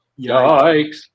Yikes